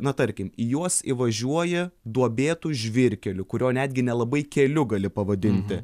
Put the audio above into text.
na tarkim į juos įvažiuoji duobėtu žvyrkeliu kurio netgi nelabai keliu gali pavadinti